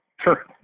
Sure